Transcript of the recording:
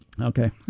Okay